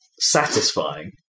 satisfying